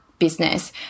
Business